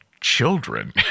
children